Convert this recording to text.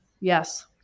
Yes